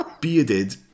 bearded